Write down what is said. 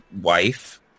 wife